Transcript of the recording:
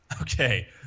Okay